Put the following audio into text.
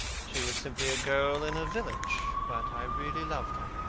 she was simply a girl in a village. but i really loved her.